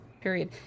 period